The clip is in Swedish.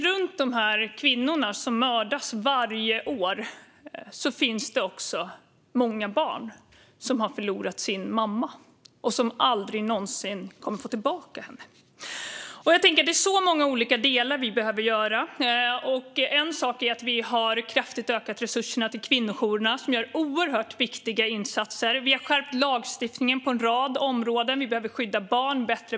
Runt de här kvinnorna som mördas varje år finns det också många barn som förlorar sin mamma och som aldrig någonsin kommer att få tillbaka henne. Det är så många olika delar vi behöver jobba med. En sak är att vi kraftigt har ökat resurserna till kvinnojourerna som gör oerhört viktiga insatser. Vi har skärpt lagstiftningen på en rad områden. Vi behöver skydda barn bättre.